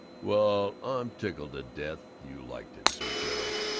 well, i'm tickled to death you liked it, sir gerald.